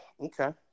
Okay